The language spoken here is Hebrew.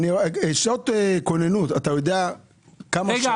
שעות כוננות כמה?